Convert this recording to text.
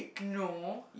no